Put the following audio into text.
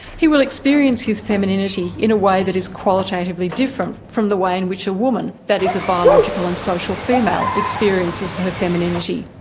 he will experience his femininity in a way that is qualitatively different from the way in which a woman, that is a biological and social female, experiences her femininity.